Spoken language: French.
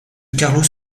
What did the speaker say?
carlos